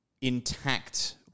intact